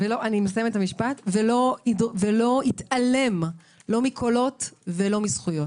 ולא יתעלם לא מקולות ולא מזכויות.